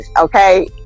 okay